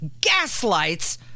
gaslights